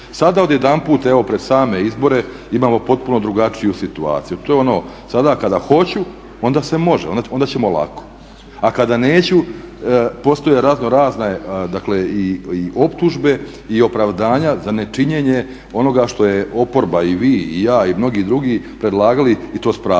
Sada odjedanput evo pred same izbore imamo potpuno drugačiju situaciju. To je ono sada kada hoću onda se može, onda ćemo lako a kada neću postoje razno razne dakle i optužbe i opravdanja za nečinjenje onoga što je oporba i vi i ja i mnogi drugi predlagali i to s pravom.